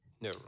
No